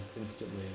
instantly